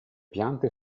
piante